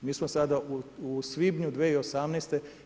Mi smo sada u svibnju 2018.